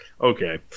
Okay